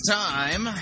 time